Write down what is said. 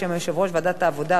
בשם יושב-ראש ועדת העבודה,